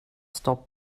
stop